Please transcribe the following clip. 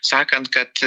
sakant kad